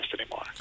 anymore